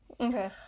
Okay